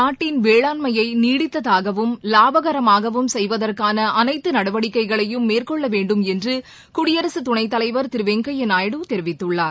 நாட்டின் வேளாண்மையைநீடித்ததாகவும் லாபகரமாகவும் செய்வதற்கானஅனைத்துநடவடிக்கைகளையும் மேற்கொள்ளவேண்டும் என்றுகுடியரசுத் துணைத் தலைவர் திருவெங்கையாநாயுடு தெரிவித்துள்ளார்